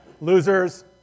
Losers